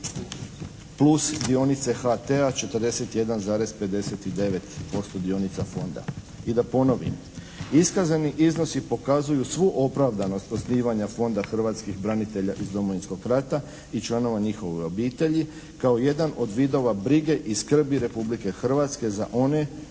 plus dionice HT-a 41,59% dionica Fonda. I da ponovim, iskazani iznosi pokazuju svu opravdanost osnivanja Fonda hrvatskih branitelja iz Domovinskog rata i članova njihovih obitelji, kao jedan od vidova brige i skrbi Republike Hrvatske za one